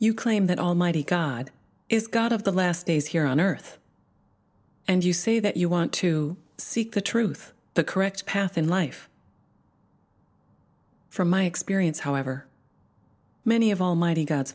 you claim that almighty god is god of the last days here on earth and you say that you want to seek the truth the correct path in life from my experience however many of almighty god's